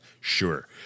sure